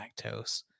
Lactose